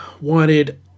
wanted